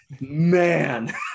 man